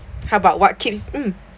how about what keeps mm